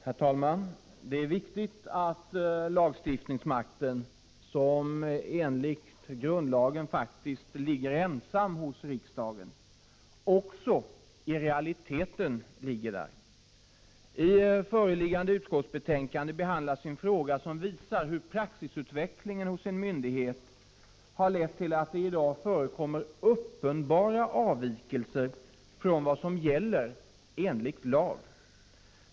Herr talman! Det är viktigt att lagstiftningsmakten, som enligt grundlagen ligger hos riksdagen ensam, också i realiteten ligger hos riksdagen. I föreliggande utskottsbetänkande behandlas en fråga som visar hur praxisut Prot. 1985/86:53 vecklingen hos en myndighet har lett till att det i dag förekommer uppenbara 17 december 1985 avvikelser från vad som gäller enligt lag.